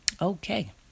Okay